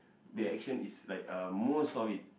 that action is like uh most of it